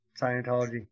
Scientology